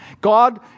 God